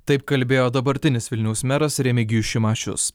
taip kalbėjo dabartinis vilniaus meras remigijus šimašius